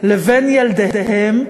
לבין ילדיהם,